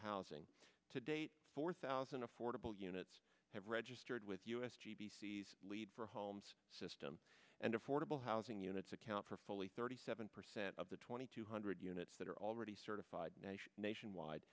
housing to date four thousand affordable units have registered with us g b c's lead for homes system and affordable housing units account for fully thirty seven percent of the twenty two hundred units that are already certified nation